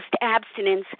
abstinence